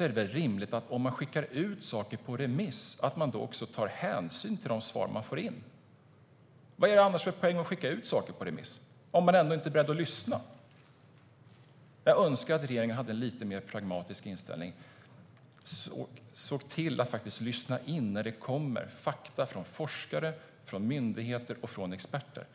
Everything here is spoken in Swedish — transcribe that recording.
är det väl rimligt att när man skickar ut frågor på remiss att man också tar hänsyn till de svar man får in. Vad är det annars för poäng med att skicka ut frågor på remiss om man ändå inte är beredd att lyssna? Jag önskar att regeringen hade en lite mer pragmatisk inställning och såg till att lyssna in när det kommer fakta från forskare, myndigheter och experter.